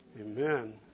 amen